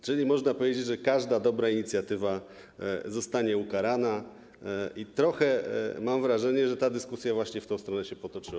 Czyli można powiedzieć, że każda dobra inicjatywa zostanie ukarana i trochę mam wrażenie, że ta dyskusja właśnie w tę stronę się potoczyła.